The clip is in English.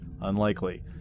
unlikely